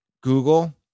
Google